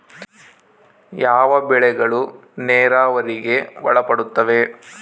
ಯಾವ ಬೆಳೆಗಳು ನೇರಾವರಿಗೆ ಒಳಪಡುತ್ತವೆ?